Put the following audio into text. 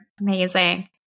Amazing